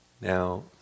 Now